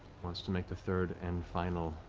wants to make the third and final